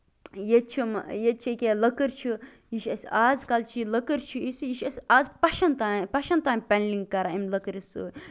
ییٚتہِ چھُ یِمہٕ ییٚتہِ چھُ یہِ کیٛاہ لٔکٕر چھِ یہِ چھُ اَسہِ ازکَل چھُ لٔکٔر چھُ یُس یہِ چھُ اَسہِ از پَشَن تانۍ پَشَن تانۍ پینلِنٛگ کران اَمہِ لٔکٕرِ سۭتۍ